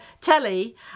telly